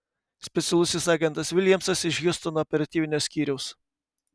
specialusis agentas viljamsas iš hjustono operatyvinio skyriaus